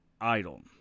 idle